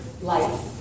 life